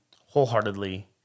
wholeheartedly